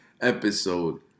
episode